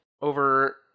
over